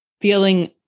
feeling